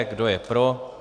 Kdo je pro?